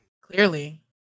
Clearly